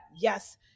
yes